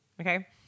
Okay